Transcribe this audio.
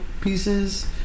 pieces